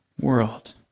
world